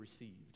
received